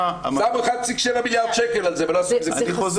שמו 1.7 מיליארד שקל על זה ולא עשו עם זה כלום.